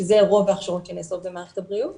שזה רוב ההכשרות שנעשות במערכת הבריאות